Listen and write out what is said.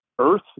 Earth